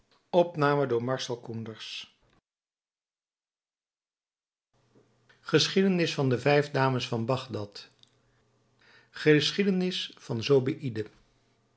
geschiedenis van de vijf dames van bagdad geschiedenis van